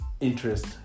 interest